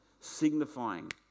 Signifying